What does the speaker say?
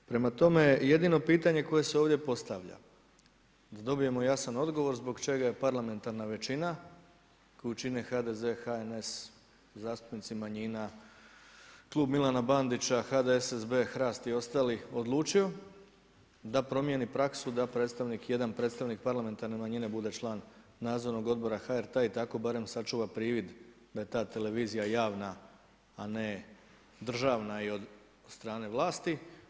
Prema tome, jedino pitanje koje se ovdje postavlja da dobijemo jasan odgovor zbog čega je parlamentarna većina koju čine HDZ, HNS, zastupnici manjina, klub Milana Bandića, HDSSB, HRAST i ostali odlučio da promijeni praksu da predstavnik, jedan predstavnik parlamentarne manjine bude član Nadzornog odbora HRT-a i tako barem sačuva privid da je ta televizija javna, a ne državna i od strane vlasti.